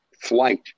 flight